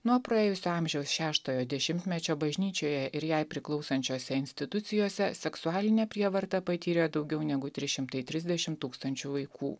nuo praėjusio amžiaus šeštojo dešimtmečio bažnyčioje ir jai priklausančiose institucijose seksualinę prievartą patyrė daugiau negu trys šimtai trisdešimt tūkstančių vaikų